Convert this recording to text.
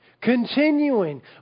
Continuing